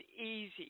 easy